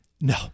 No